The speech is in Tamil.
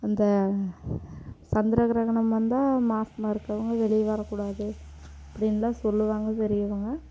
அந்த சந்திர கிரகணம் வந்தால் மாசமாக இருக்கறவங்க வெளிய வரக்கூடாது அப்படின்லாம் சொல்லுவாங்க பெரியவங்க